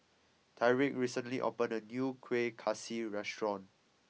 Tyreek recently opened a new Kuih Kaswi restaurant